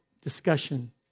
discussion